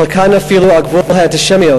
חלקן אפילו על גבול האנטישמיות,